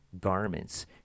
garments